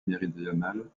méridionale